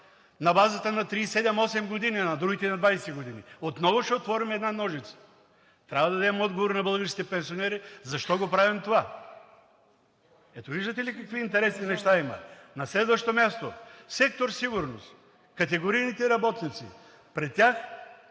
на базата на 37 – 38 г., а на другите на 20 г. Отново ще отворим една ножица. Трябва да дадем отговор на българските пенсионери защо правим това. Ето, виждате ли какви интересни неща има? На следващо място – сектор „Сигурност“, категорийните работници. При тях